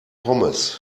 pommes